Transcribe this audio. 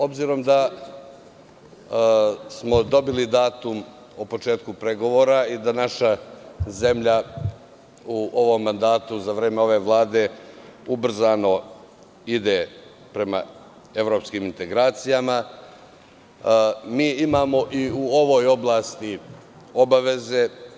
Obzirom da smo dobili datum o početku pregovora i da naša zemlja u ovom mandatu, za vreme ove vlade, ubrzano ide prema evropskim integracijama, mi imamo i u ovoj oblasti obaveze.